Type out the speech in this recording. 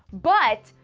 but.